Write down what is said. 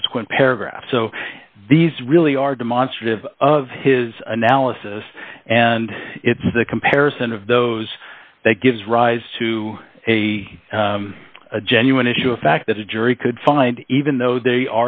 subsequent paragraph so these really are demonstrative of his analysis and it's the comparison of those that gives rise to a a genuine issue of fact that a jury could find even though they